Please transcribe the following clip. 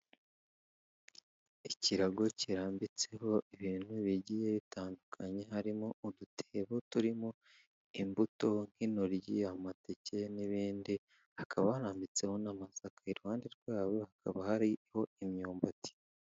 Ikirago kirambitseho ibintu bigiye bitandukanye, harimo udutebo turimo imbuto nk'intoryi, amateke n'ibindi, hakaba harambitseho n'amasaka, iruhande rwaho hakaba hariho imyumbati.